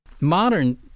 Modern